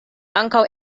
ankaŭ